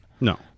No